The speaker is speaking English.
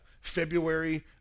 February